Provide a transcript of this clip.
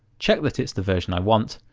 check that it's the version i want,